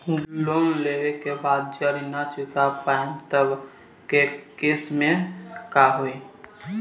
Loan लेवे के बाद जड़ी ना चुका पाएं तब के केसमे का होई?